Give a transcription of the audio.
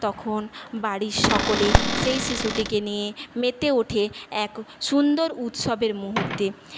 তখন বাড়ির সকলে সেই শিশুটিকে নিয়ে মেতে ওঠে এক সুন্দর উৎসবের মুহূর্তে